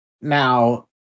Now